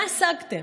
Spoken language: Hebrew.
מה השגתם?